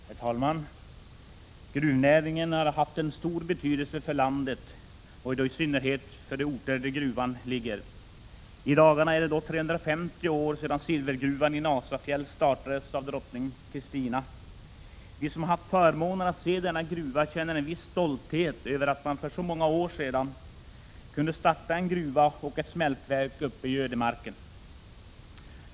Herr talman! Gruvnäringen har haft stor betydelse för landet, i synnerhet för de orter där gruvorna ligger. I dagarna är det 350 år sedan silvergruvan i Nasafjäll startades av drottning Kristina. Vi som har haft förmånen att se denna gruva känner en viss stolthet över att man för så många år sedan kunde starta en gruva och ett smältverk uppe i ödemarken.